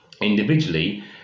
individually